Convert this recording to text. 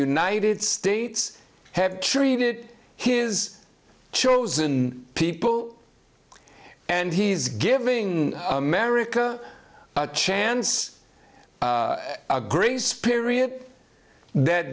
united states have treated his chosen people and he's giving america a chance a grace period that